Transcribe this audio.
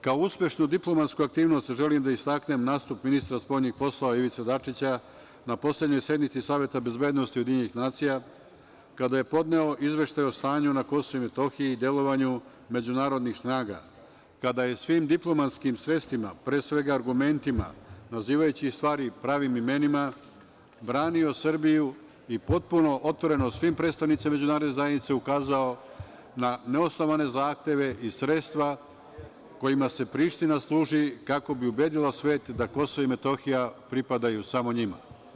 Kao uspešnu diplomatsku aktivnost želim da istaknem nastup ministra spoljnih poslova, Ivice Dačića, na poslednjoj sednici Saveta bezbednosti UN, kada je podneo Izveštaj o stanju na Kosovu i Metohiji i delovanju međunarodnih snaga, kada je svim diplomatskim sredstvima, pre svega argumentima, nazivajući stvari pravim imenima branio Srbiju i potpuno otvoreno svim predstavnicima Međunarodne zajednice ukazao na neosnovane zahteve i sredstva kojima se Priština služi kako bi ubedila svet da Kosovo i Metohija pripadaju samo njima.